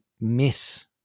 miss